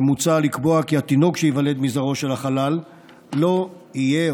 מוצע לקבוע כי התינוק שייוולד מזרעו של החלל לא יהיה,